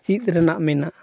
ᱪᱮᱫ ᱨᱮᱱᱟᱜ ᱢᱮᱱᱟᱜᱼᱟ